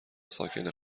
ساکن